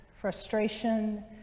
frustration